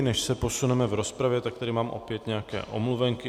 Než se posuneme v rozpravě, tak tady mám opět nějaké omluvenky.